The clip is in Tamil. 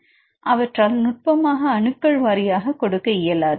மாணவர் அவற்றால் நுட்பமாக அணுக்கள் வாரியாக கொடுக்க இயலாது